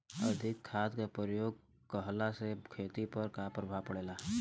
अधिक खाद क प्रयोग कहला से खेती पर का प्रभाव पड़ेला?